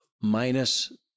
minus